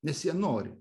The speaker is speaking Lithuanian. nes jie nori